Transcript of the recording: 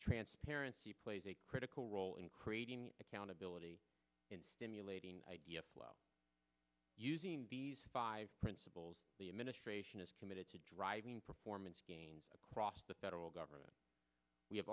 transparency plays a critical role in creating accountability in stimulating idea while using these five principles the administration is committed to driving performance gains across the federal government we have